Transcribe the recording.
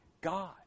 God